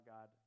God